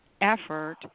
effort